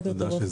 בוקר טוב.